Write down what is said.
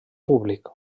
públic